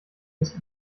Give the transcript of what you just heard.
bis